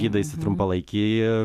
gydaisi trumpalaikį